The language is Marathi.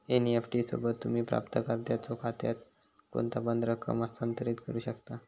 एन.इ.एफ.टी सोबत, तुम्ही प्राप्तकर्त्याच्यो खात्यात कोणतापण रक्कम हस्तांतरित करू शकता